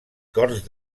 corts